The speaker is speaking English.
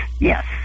yes